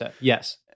Yes